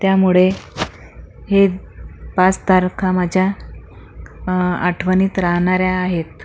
त्यामुळे ह्या पाच तारखा माझ्या आठवणीत राहणाऱ्या आहेत